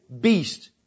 beast